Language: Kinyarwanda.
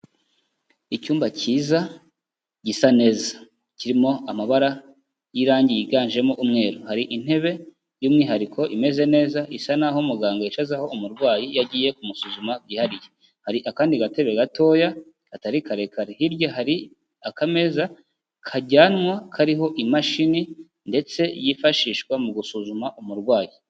Icyumba cyiza gisa neza kirimo amabara y'irangi yiganjemo umweru, hari intebe y'umwihariko imeze neza isa naho muganga yicazaho umurwayi iyo agiye kumusuzuma byihariye, hari akandi gatebe gatoya katari karekare, hirya hari akameza kajyanwa kariho imashini ndetse yifashishwa mu gusuzuma umurwayi.